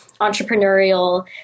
entrepreneurial